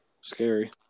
scary